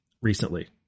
Recently